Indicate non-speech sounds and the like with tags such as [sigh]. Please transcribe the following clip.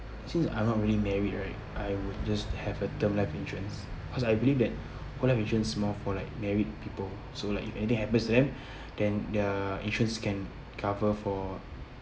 since I'm not really married right I will just have a term life insurance because I believe that whole life insurance more for like married people so like if anything happens to them [breath] then their insurance can cover for